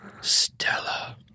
Stella